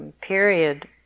period